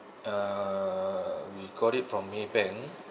uh we got it from maybank